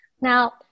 Now